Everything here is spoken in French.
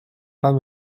pas